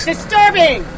Disturbing